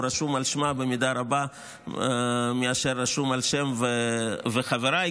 הוא רשום על שמה במידה רבה יותר מאשר רשום על השם שלי ושל חבריי,